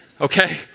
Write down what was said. okay